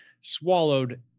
swallowed